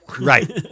Right